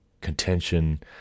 contention